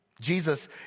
Jesus